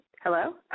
Hello